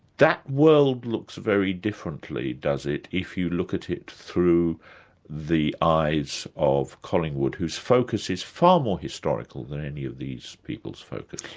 that world looks very differently, does it, if you look at it through the eyes of collingwood, whose focus is far more historical than any of these people's focus?